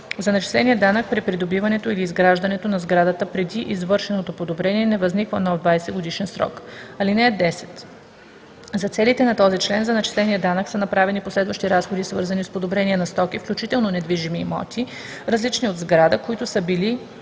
за начисления данък при придобиването и изграждането на сградата преди извършеното подобрение не възниква нов 20-годишен срок. (10) За целите на този член за начисления данък са направени последващи разходи, свързани с подобрение на стоки, включително недвижими имоти различни от сграда, които са или